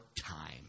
time